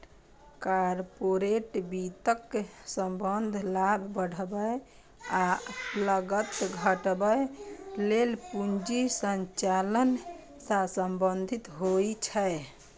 corporate वित्तक संबंध लाभ बढ़ाबै आ लागत घटाबै लेल पूंजी संचालन सं संबंधित होइ छै